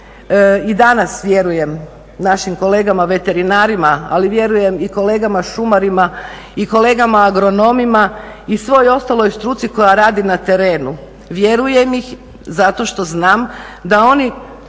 i danas vjerujem našim kolegama veterinarima, ali vjerujem i kolegama šumarima, i kolegama agronomima i svoj ostaloj struci koja radi na terenu, vjerujem im zato što znam da oni